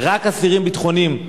רק אסירים ביטחוניים.